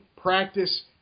practice